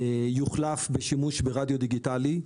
יוחלף בשימוש ברדיו דיגיטלי.